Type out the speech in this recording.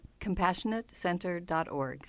Compassionatecenter.org